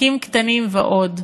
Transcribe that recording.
עסקים קטנים ועוד.